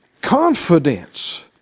Confidence